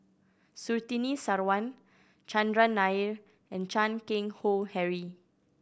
Surtini Sarwan Chandran Nair and Chan Keng Howe Harry